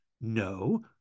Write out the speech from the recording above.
No